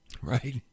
right